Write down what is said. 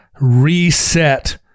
reset